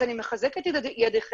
נחזור למר ספאדי.